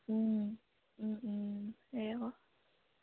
সেই আকৌ